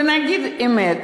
ונגיד אמת,